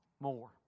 more